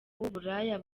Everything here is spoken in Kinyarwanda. w’uburaya